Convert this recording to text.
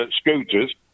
scooters